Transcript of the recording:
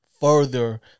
further